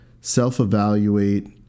self-evaluate